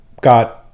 got